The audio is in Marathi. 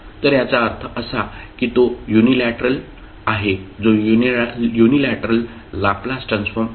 तर याचा अर्थ असा की तो युनीलॅटरल आहे जो युनीलॅटरल लॅपलास ट्रान्सफॉर्म आहे